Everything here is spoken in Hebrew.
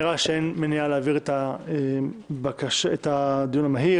נראה שאין מניעה להעביר את הדיון המהיר.